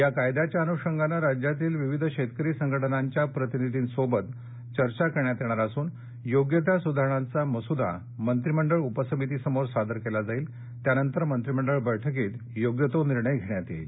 या कायद्याच्या अनृषंगाने राज्यातील विविध शेतकरी संघटनांच्या प्रतिनिधींशी चर्चा करण्यात येणार असून योग्य त्या सुधारणांचा मसूदा मंत्रिमंडळ उपसमितीसमोर सादर केला जाईल त्यानंतर मंत्रिमंडळ बैठकीत योग्य तो निर्णय घेण्यात येईल